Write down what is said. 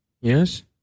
Yes